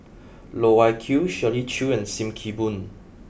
Loh Wai Kiew Shirley Chew and Sim Kee Boon